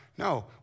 No